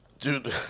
Dude